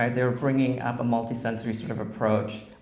um they were bringing up a multisensory sort of approach,